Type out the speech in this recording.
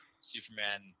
Superman